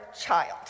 child